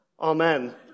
Amen